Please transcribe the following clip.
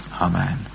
Amen